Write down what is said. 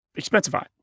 Expensify